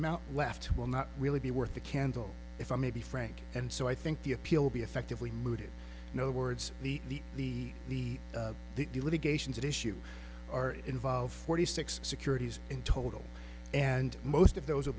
amount left will not really be worth the candle if i may be frank and so i think the appeal be effectively mooted no words the the the the litigation that issues are involved forty six securities in total and most of those will